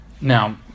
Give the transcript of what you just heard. Now